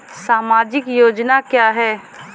सामाजिक योजना क्या है?